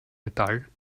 metall